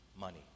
money